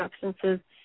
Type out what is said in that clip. substances